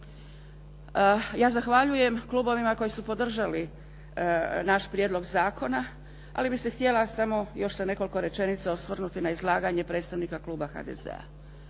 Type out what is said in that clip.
Ja zahvaljujem klubovima koji su podržali naš prijedlog zakona, ali bih se htjela samo još sa nekoliko rečenica osvrnuti na izlaganje predstavnika kluba HDZ-a.